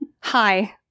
Hi